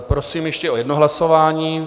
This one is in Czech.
Prosím ještě o jedno hlasování.